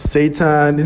Satan